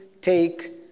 take